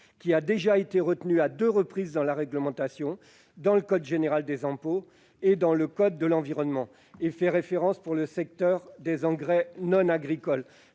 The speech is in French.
qui a été déjà retenue à deux reprises dans la réglementation, dans le code général des impôts et dans celui de l'environnement. C'est une catégorie de référence pour le secteur des engrais non agricoles.